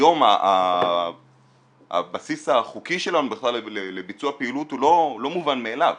היום הבסיס החוקי שלנו בכלל לביצוע פעילות הוא לא מובן מאליו.